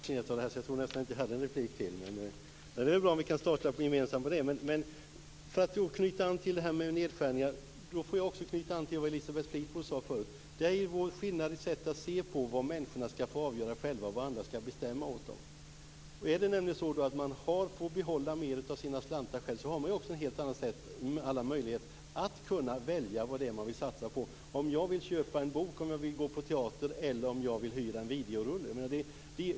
Fru talman! Jag blev så fascinerad av det här att jag nästan trodde att jag inte hade någon mer replik, så det är ju bra om vi kan starta gemensamt. För att knyta an till det här med nedskärningar vill jag också knyta an till vad Elisabeth Fleetwood sade förut. Det gäller skillnaden i sättet att se på vad människor skall få avgöra själva och vad andra skall bestämma åt dem. Får man behålla mer av sina slantar själv har man också en helt annan möjlighet att välja vad man vill satsa på. Jag kan köpa en bok, gå på teater eller hyra en videorulle.